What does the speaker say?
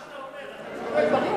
אתה צודק בכל מה שאתה אומר, אבל היית שם.